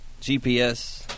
GPS